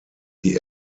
die